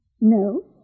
No